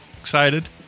Excited